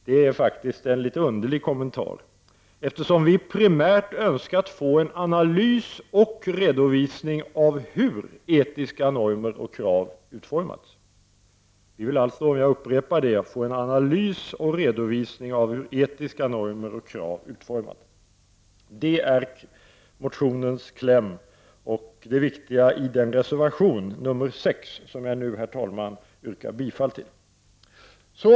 Det är en litet underlig kommentar, eftersom vi primärt önskat få en analys och redovisning av hur etiska normer och krav utformats. Jag upprepar detta: Vi vill få en analys och redovisning av hur etiska normer och krav utformats. Det är vad vi yrkar i motionen och det viktiga i reservation 6, vilken jag nu, herr talman, yrkar bifall till.